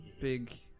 big